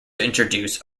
introduce